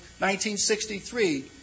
1963